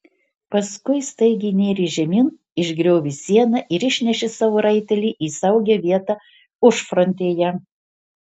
paskui staigiai nėrė žemyn išgriovė sieną ir išnešė savo raitelį į saugią vietą užfrontėje